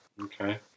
Okay